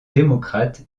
démocrates